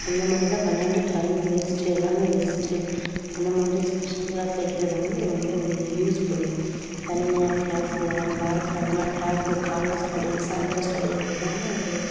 அந்தமாதிரி தான் விளையாண்டு டைம் வேஸ்ட்டு எல்லாமே வேஸ்ட்டு அந்தமாதிரி ஸ்பெஷல் கிளாஸ் வைக்கிறது வந்து ரொம்ப ஒரு யூஸ்ஃபுல்லு சனி ஞாயிறு கிளாஸு அஞ்சு வாரத்தில் அஞ்சு நாள் கிளாஸு காலைல ஸ்டடிஸ் சாயந்தரம் ஸ்டடி அது எல்லாமே ஒரு